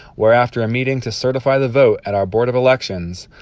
where after a meeting to certify the vote at our board of elections,